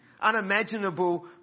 unimaginable